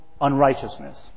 unrighteousness